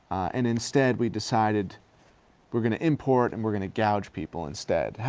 and instead we decided we're gonna import and we're gonna gouge people instead.